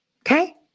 Okay